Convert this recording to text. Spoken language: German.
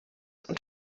und